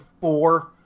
four